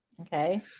okay